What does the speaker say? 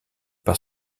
par